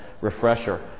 refresher